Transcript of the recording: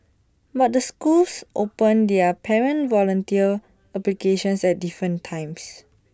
but the schools open their parent volunteer applications at different times